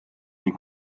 ning